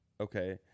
Okay